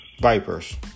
Vipers